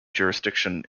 jurisdiction